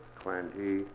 twenty